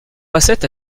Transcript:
passait